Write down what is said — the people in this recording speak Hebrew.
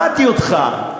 שמעתי אותך.